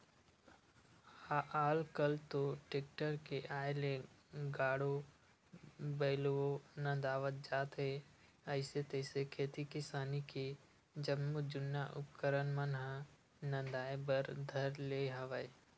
आल कल तो टेक्टर के आय ले गाड़ो बइलवो नंदात जात हे अइसे तइसे खेती किसानी के जम्मो जुन्ना उपकरन मन ह नंदाए बर धर ले हवय